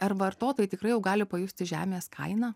ar vartotojai tikrai jau gali pajusti žemės kainą